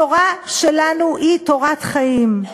התורה שלנו היא תורת חיים,